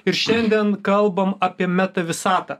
ir šiandien kalbam apie meta visatą